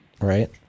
right